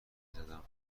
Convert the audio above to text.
زدم